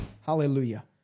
Hallelujah